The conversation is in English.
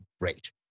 great